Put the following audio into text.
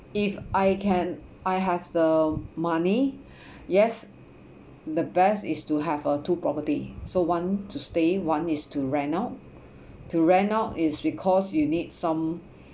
if I can I have the money yes the best is to have uh two property so one to stay one is to rent out to rent out is because you need some